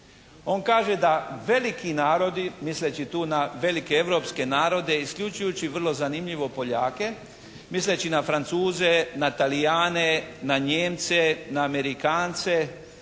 On kaže da veliki narodi, misleći tu na velike europske narode, isključujući vrlo zanimljivo, Poljake, misleći na Francuze, na Talijane, na Nijemce, na Amerikance,